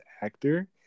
actor